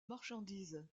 marchandises